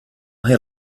had